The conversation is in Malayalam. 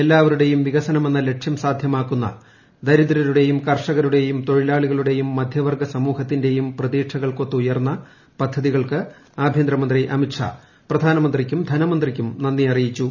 എല്ലാവരുടെയും വികസനമെന്ന ലക്ഷ്യം സാധ്യമാക്കുന്ന ദരിദ്രരുടെയും തൊഴിലാളികളുടെയും മദ്ധ്യവർഗ്ഗ കർഷകരുടെയും സമൂഹത്തിന്റെയും പ്രതീക്ഷകൾക്കൊത്തുയർന്ന പദ്ധതികൾക്ക് ആഭൃന്തരമന്ത്രി അമിത്ഷാ പ്രധാനമന്ത്രിക്കും ധനമന്ത്രിക്കും നന്ദി അറിയിച്ചു